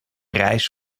reis